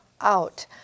out